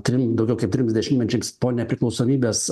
trim daugiau kaip trims dešimtmečiams po nepriklausomybės